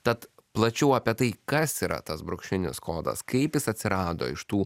tad plačiau apie tai kas yra tas brūkšninis kodas kaip jis atsirado iš tų